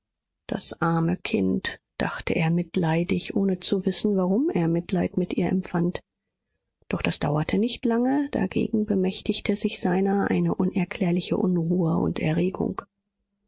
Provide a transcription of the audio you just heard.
das arme kind dachte er mitleidig ohne zu wissen warum er mitleid mit ihr empfand doch das dauerte nicht lange dagegen bemächtigte sich seiner eine unerklärliche unruhe und erregung